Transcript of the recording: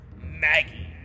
Maggie